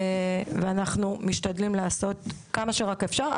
ואנחנו משתדלים לעשות כמה שרק אפשר.